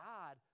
God